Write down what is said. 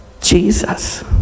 jesus